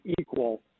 equal